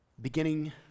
beginning